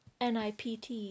NIPT